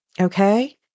okay